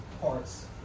parts